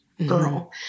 girl